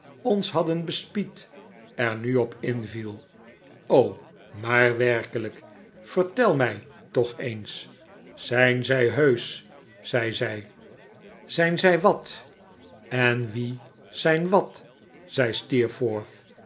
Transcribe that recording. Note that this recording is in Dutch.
ons hadden bespied er nu op inviel maar werkelijk vertel mij toch eens rosa dartle zijn zij heusch zei zij zijn zij wat en wie zijn wat zei